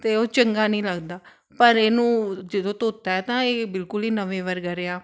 ਅਤੇ ਉਹ ਚੰਗਾ ਨਹੀਂ ਲੱਗਦਾ ਪਰ ਇਹਨੂੰ ਜਦੋਂ ਧੋਤਾ ਤਾਂ ਇਹ ਬਿਲਕੁਲ ਹੀ ਨਵੇਂ ਵਰਗਾ ਰਿਹਾ